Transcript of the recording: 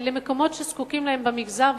למקומות שזקוקים להם במגזר,